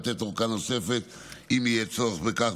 לתת ארכה נוספת אם יהיה צורך בכך,